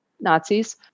Nazis